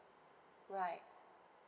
right